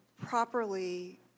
properly